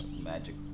magic